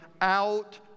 out